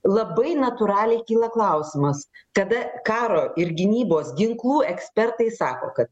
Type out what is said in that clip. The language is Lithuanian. labai natūraliai kyla klausimas kada karo ir gynybos ginklų ekspertai sako kad